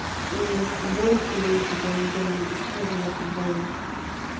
ᱤᱧ ᱵᱳᱭ ᱠᱤᱨᱤᱧ ᱠᱤᱫᱟᱹᱧ ᱡᱮᱢᱚᱱ ᱤᱥᱠᱩᱞ ᱨᱮᱭᱟᱜ ᱵᱳᱭ